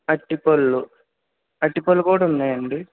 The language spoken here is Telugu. అరటి పళ్ళు అరటి పళ్ళు కూడా ఉన్నాయండి